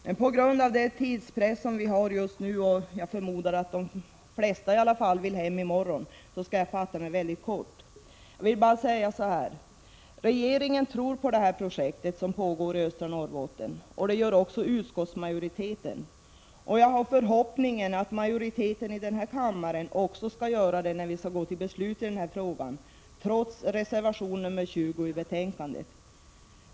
Men på grund av den tidspress som vi har just nu — jag förmodar att i alla fall de flesta vill hem i morgon — skall jag fatta mig mycket kort och bara säga följande: Regeringen tror på detta projekt som pågår i östra Norrbotten, och det gör också utskottsmajoriteten. Jag har förhoppningen att majoriteten i kammaren också skall göra det när vi går till beslut i frågan, trots reservation 20 i betänkandet.